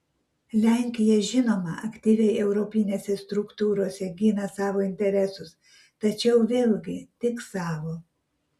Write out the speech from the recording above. lenkija žinoma aktyviai europinėse struktūrose gina savo interesus tačiau vėlgi tik savo